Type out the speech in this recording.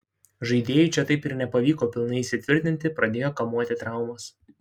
žaidėjui čia taip ir nepavyko pilnai įsitvirtinti pradėjo kamuoti traumos